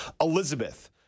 Elizabeth